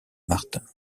martin